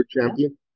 champion